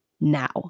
now